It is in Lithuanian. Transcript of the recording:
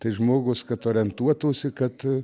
tai žmogus kad orientuotųsi kad